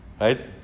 right